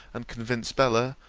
and convince bella,